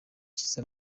cyiza